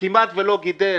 כמעט ולא גידל,